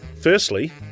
Firstly